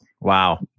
Wow